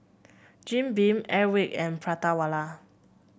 Jim Beam Airwick and Prata Wala